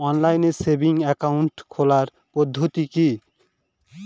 Online savings account খোলার পদ্ধতি কি?